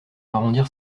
arrondir